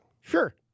Sure